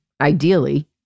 ideally